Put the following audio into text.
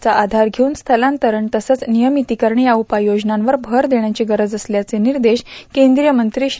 चा आघार षेऊन स्थलांतरण तसंच नियमितीकरण या उपाययेजनांवर भर देष्याची गरज असल्याचं निर्देश क्रेंदीय मंत्री श्री